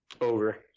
Over